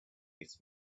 its